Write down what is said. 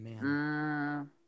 man